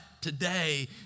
today